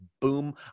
boom